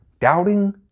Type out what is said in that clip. Doubting